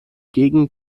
gegen